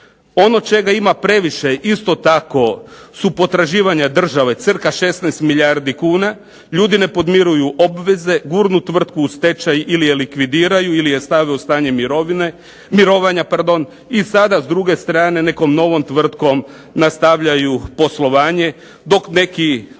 Ono čega ima previše isto tako su potraživanja države, cirka 16 milijardi kuna, ljudi ne podmiruju obveze, gurnu tvrtku u stečaj ili je likvidiraju ili je stave u stanje mirovanja i sada s druge strane nekom novom tvrtkom nastavljaju poslovanje, dok neki Istrijani